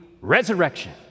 Resurrection